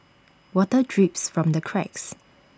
water drips from the cracks